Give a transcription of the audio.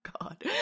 God